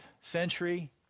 century